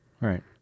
right